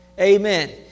Amen